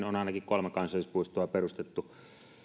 on ainakin kolme kansallispuistoa perustettu